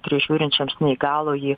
prižiūrinčioms neįgalųjį